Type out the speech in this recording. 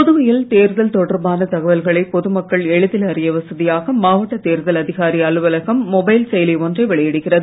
புதுவையில் தேர்தல் தொடர்பான தகவல்களை பொதுமக்கள் எளிதில் அறிய வசதியாக மாவட்ட தேர்தல் அதிகாரி அலுவலகம் மொபைல் செயலி ஒன்றை வெளியிடுகிறது